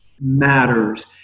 matters